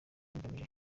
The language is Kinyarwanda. bigamije